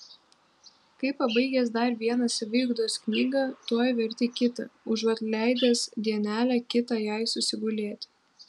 kai pabaigęs dar vieną saviugdos knygą tuoj verti kitą užuot leidęs dienelę kitą jai susigulėti